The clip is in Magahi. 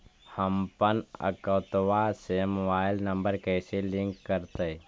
हमपन अकौउतवा से मोबाईल नंबर कैसे लिंक करैइय?